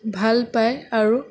ভালপায় আৰু